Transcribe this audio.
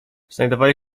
znajdowali